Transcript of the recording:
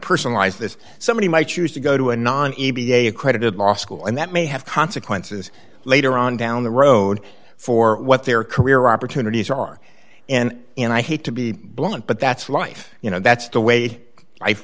personalize this somebody might choose to go to a non a b a accredited law school and that may have consequences later on down the road for what their career opportunities are and and i hate to be blunt but that's life you know that's the way life